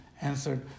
answered